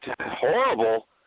horrible